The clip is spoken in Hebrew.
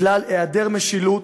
בגלל היעדר המשילות,